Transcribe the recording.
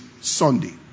Sunday